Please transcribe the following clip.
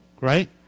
right